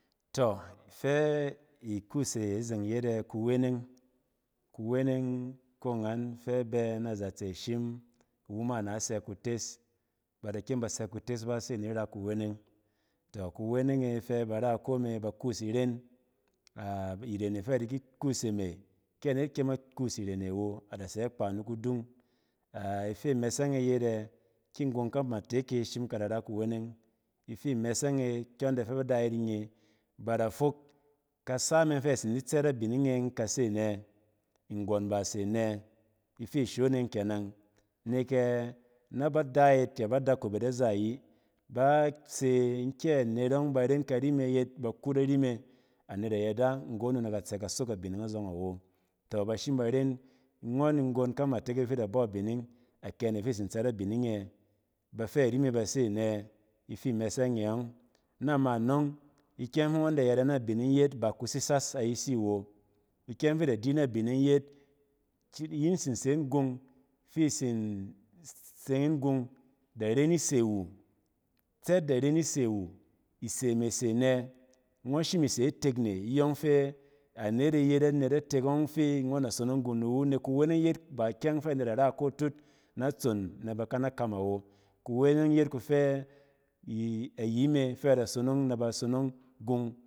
Iↄ fɛ ikus e zeng yet eɛ-kuweneng. Kuweneng ko angan fɛ abɛ nazatse, ashim iwu ma ana se kutes. Bada kyem ba sɛ kutes ba se anet ra kuweneng. tↄ kuweneng e fɛ ba ra iko me ba kus irẻn. A iren e fɛ ba di ki kus e me, kɛ anet kyema kus iren e awo, ada tsɛ kpa nikudung. A-ifi mɛsɛng e yet ɛ, ki nggon kamatek e shim kada ra kuweneng, ifi mɛsɛng e kyↄn dɛ fɛ ba da yit nye, ba da fok; kasa meng fɛ atsin di tsɛt abining e ↄng ka se ɛnɛ? Nek ɛ-na ba da yit kɛ ba dakop yit aza ayi ba se kɛ anet ↄng ba ren kari me yet bakut ari me, anet da yada nggon wu nɛ ka tsɛ bas ok abining azↄng awo. Tↄ ba shim ba ren ngↄn nggon kamatek e fi idi bↄ abining, akɛ ne fi itsin tsɛt abining e yɛ? Bafɛ ari me ba se anɛ? Ifi imɛsɛng e ↄng. Na ma anↄng, ikyɛng fi ngↄn da yɛrɛ na bining yet ba kusisas ayisi awo. ikyɛng fi ida di na abining yet, ki iyin tsin se ying gung fi itsin tseng yin gung da ran ise wu. Tsɛt da ren ise wu, ise me se ɛnɛ? Ngↄn shim ise itek ne iyↄng fɛ anet e yet anet atek ↄng fi ngↄn da sonong gung ni wu. Nek ba kuweneng yet ba ikyɛng fɛ anet da ra iko tut natson nɛ b aka na kam awo. Kuweneng yet kufɛ ayi mi fɛ ba da sonong, nɛ ba sonong gung